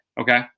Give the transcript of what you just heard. Okay